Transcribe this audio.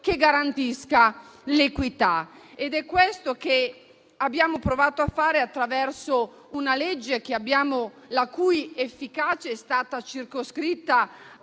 che garantisca l'equità. È questo che abbiamo provato a fare, attraverso una legge la cui efficacia è stata circoscritta